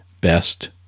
best